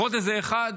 ועוד איזה אחד,